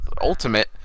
Ultimate